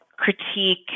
critique